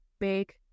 big